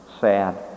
Sad